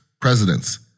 presidents